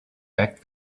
back